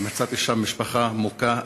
ומצאתי שם משפחה מוכה,